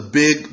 big